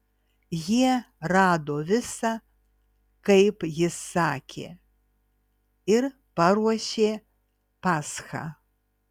jie rado visa kaip jis sakė ir paruošė paschą